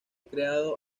creado